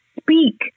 Speak